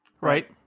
right